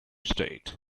state